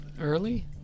Early